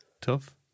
tough